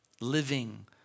living